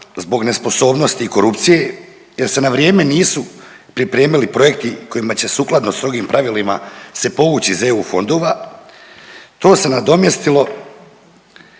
zbog nesposobnosti i korupcije, jer se na vrijeme nisu pripremili projekti kojima će sukladno strogim pravilima se povući iz EU fondova, to se nadomjestilo